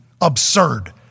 absurd